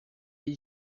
y’i